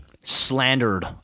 slandered